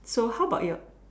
so how about your